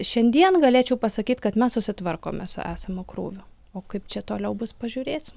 šiandien galėčiau pasakyt kad mes susitvarkome su esamu krūviu o kaip čia toliau bus pažiūrėsim